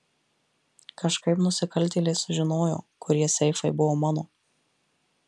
kažkaip nusikaltėliai sužinojo kurie seifai buvo mano